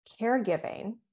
caregiving